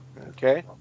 Okay